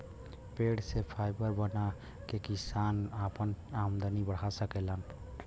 पेड़ से फाइबर बना के किसान आपन आमदनी बढ़ा सकेलन